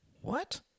What